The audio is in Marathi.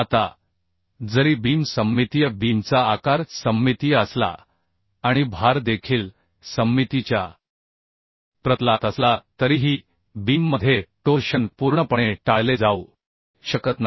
आता जरी बीम सममितीय बीमचा आकार सममितीय असला आणि भार देखील सममितीच्या प्रतलात असला तरीही बीममध्ये टोर्शन पूर्णपणे टाळले जाऊ शकत नाही